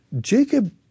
Jacob